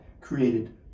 created